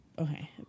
Okay